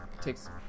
Takes